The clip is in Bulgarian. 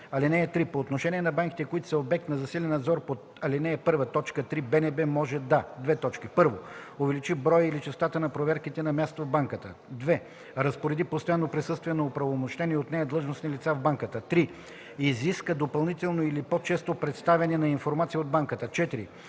(3) По отношение на банките, които са обект на засилен надзор по ал. 1, т. 3, БНБ може да: 1. увеличи броя или честотата на проверките на място в банката; 2. разпореди постоянно присъствие на оправомощени от нея длъжностни лица в банката; 3. изиска допълнително или по-често представяне на информация от банката; 4.